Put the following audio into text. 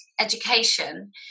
education